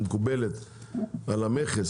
שמקובלת על המכס,